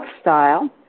Style